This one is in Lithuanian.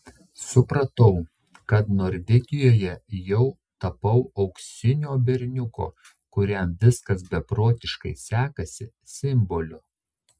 supratau kad norvegijoje jau tapau auksinio berniuko kuriam viskas beprotiškai sekasi simboliu